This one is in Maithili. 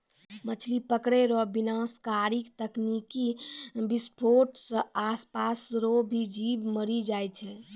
मछली पकड़ै रो विनाशकारी तकनीकी विसफोट से आसपास रो भी जीब मरी जाय छै